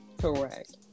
correct